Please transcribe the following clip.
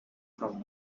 from